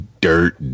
dirt